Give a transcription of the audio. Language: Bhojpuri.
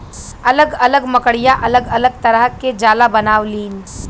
अलग अलग मकड़िया अलग अलग तरह के जाला बनावलीन